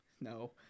no